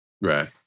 Right